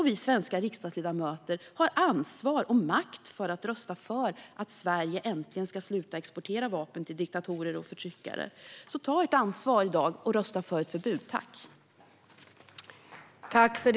Vi svenska riksdagsledamöter har ansvar och makt att rösta för att Sverige äntligen ska sluta exportera vapen till diktatorer och förtryckare. Ta ert ansvar i dag och rösta för ett förbud!